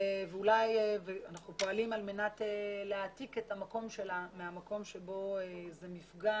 אנחנו פועלים על מנת להעתיק את המקום מהמקום שמהווה מפגע